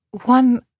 One